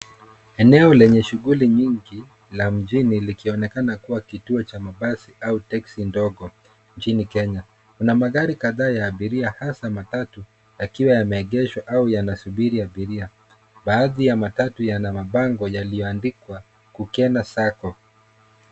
Eneo lenye shughuli nyingi la mjini likionekana kuwa kituo cha mabasi au teksi ndogo nchini Kenya. Kuna magari kadhaa ya abiria hasa matatu yakiwa yameegeshwa au yanasubiri abiria. Baadhi ya matatu yana mabango yaliyoandikwa kukena sacco .